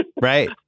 Right